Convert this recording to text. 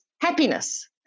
happiness